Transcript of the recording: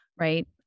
right